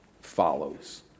follows